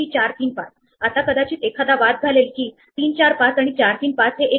सुरुवातीला क्यू मध्ये फक्त सुरुवातीचा node sx sy start node sx sy असणार आहे